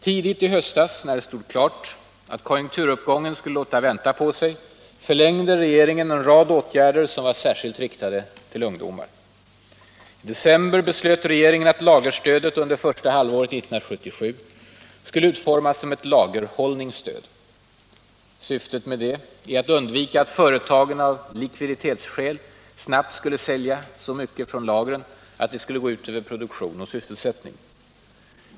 Tidigt i höstas, när det stod klart att konjunkturuppgången skulle låta vänta på sig, förlängde regeringen en rad åtgärder som var särskilt riktade till ungdomar. I december beslöt regeringen att lagerstödet under första halvåret 1977 skulle utformas som ett lagerhållningsstöd. Syftet med detta är att undvika att företagen av likviditetsskäl snabbt säljer så mycket från lager att det går ut över produktion och sysselsättning.